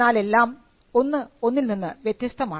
എന്നാലെല്ലാം ഒന്ന് ഒന്നിൽ നിന്ന് വ്യത്യസ്തമാണ്